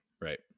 Right